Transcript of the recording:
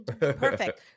Perfect